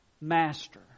master